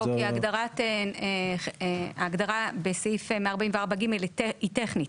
לא, כי ההגדרה בסעיף 144(ג) היא טכנית.